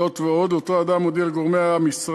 זאת ועוד, אותו אדם הודיע לגורמים במשרד